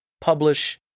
publish